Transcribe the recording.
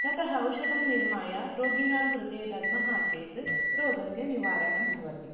ततः औषधं निर्माय रोगीनां कृते दद्मः चेत् रोगस्य निवारणं भवति